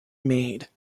made